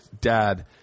dad